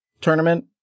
tournament